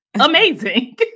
amazing